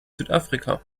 südafrika